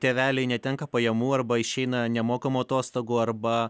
tėveliai netenka pajamų arba išeina nemokamų atostogų arba